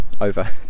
Over